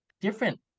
different